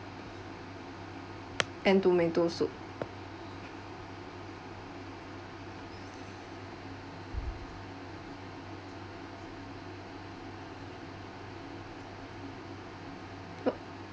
and tomato soup wha~